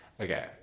Okay